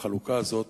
ובחלוקה הזאת